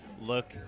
look